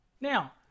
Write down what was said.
Now